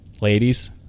Ladies